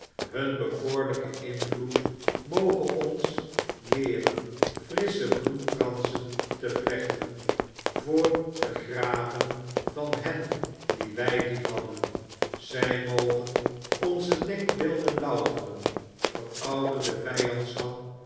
hun bekoorlijke invloed moge ons leeren frissche bloemkransen te vlechten voor de graven van hen die wij liefhadden zij mogen onze denkbeelden louteren verouderde